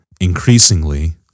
increasingly